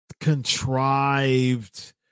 contrived